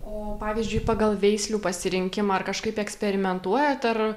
o pavyzdžiui pagal veislių pasirinkimą ar kažkaip eksperimentuojat ar